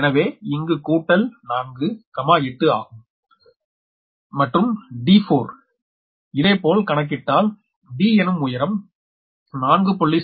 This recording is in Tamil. எனவே இங்கு 4 கூட்டல் 4 8 ஆகும் மற்றும் d இதேபோல் கணக்கிட்டால் d எனும் உயரம் 4